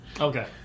Okay